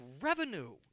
revenue